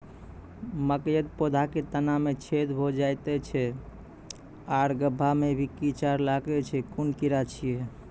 मकयक पौधा के तना मे छेद भो जायत छै आर गभ्भा मे भी कीड़ा लागतै छै कून कीड़ा छियै?